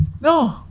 no